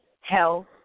health